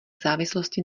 závislosti